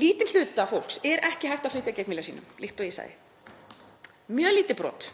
Lítinn hluta fólks er ekki hægt að flytja gegn vilja sínum, líkt og ég sagði, mjög lítið brot.